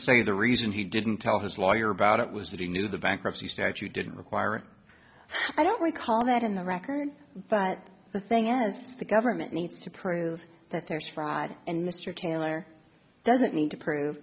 say the reason he didn't tell his lawyer about it was that he knew the bankruptcy statue didn't require i don't recall that in the record but the thing as the government needs to prove that there's fraud and mr taylor doesn't need to prove